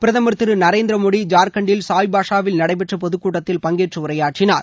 பிரதமர் திரு நரேந்திர மோடி ஜார்க்கண்டில் சாய்பாஷாவில் நடைபெற்ற பொதுக்கூட்டத்தில் பங்கேற்று உரையாற்றினார்